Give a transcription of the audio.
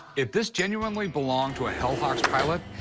if this genuinely belonged to a hell hawks pilot,